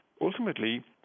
ultimately